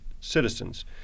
citizens